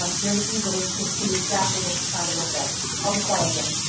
um very easily to see exactly what you're trying to look at i'll be quiet again